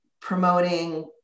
promoting